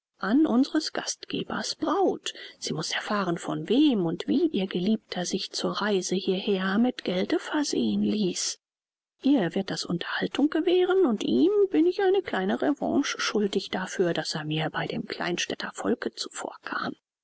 an unseres gastgebers braut sie muß erfahren von wem und wie ihr geliebter sich zur reise hierher mit gelde versehen ließ ihr wird das unterhaltung gewähren und ihm bin ich eine kleine revanche schuldig dafür daß er mir bei dem kleinstädter volke zuvorkam